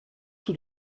tout